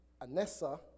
Anessa